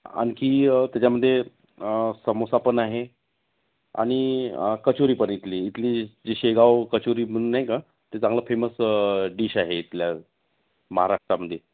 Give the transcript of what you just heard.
आणखी त्याच्यामध्ये समोसा पण आहे आणि कचोरी पण इथली इथली जी शेगाव कचोरी म्हणून नाही का ते चांगलं फेमस डिश आहे इथल्या महाराष्ट्रामध्ये